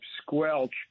squelch